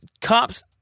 cops